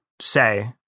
say